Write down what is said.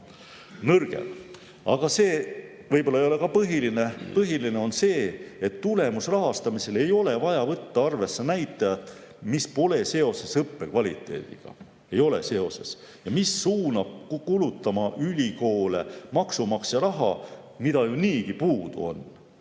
nõrgem. Aga see võib-olla ei ole ka põhiline. Põhiline on see, et tulemusrahastamisel ei ole vaja võtta arvesse näitajat, mis pole seoses õppekvaliteediga ja mis suunab ülikoole kulutama maksumaksja raha, mida ju niigi puudu on.